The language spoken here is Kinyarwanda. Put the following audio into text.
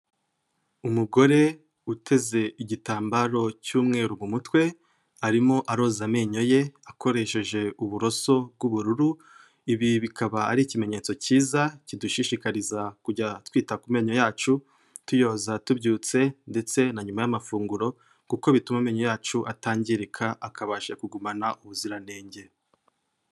Umugore uteze igitambaro cy'umweru mu mutwe, arimo aroza amenyo ye akoresheje uburoso bw'ubururu, ibi bikaba ari ikimenyetso cyiza kidushishikariza kujya twita ku menyo yacu, tuyoza tubyutse ndetse na nyuma y'amafunguro kuko bituma amenyo yacu atangirika, akabasha kugumana ubuziranenge.